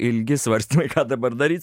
ilgi svarstymai ką dabar daryt